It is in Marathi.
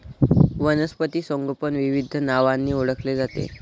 वनस्पती संगोपन विविध नावांनी ओळखले जाते